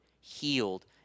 healed